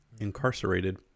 Incarcerated